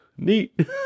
neat